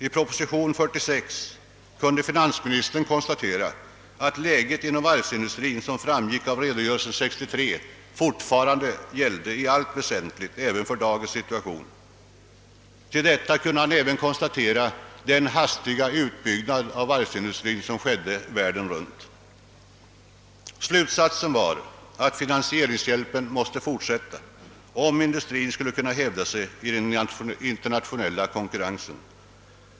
I proposition nr 46 kunde finansministern konstatera, att det läge inom varvsindustrin som framgick av redogörelsen år 1963 fortfarande gällde i allt väsentligt även för dagens situation. Han kunde även notera den hastiga utbyggnad av varvsindustrin som pågick världen runt. Slutsatsen blev att finansieringshjälpen måste fortsätta om varvsindustrin skulle kunna hävda sig i den internationella konkurrensen.